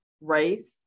race